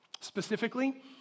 Specifically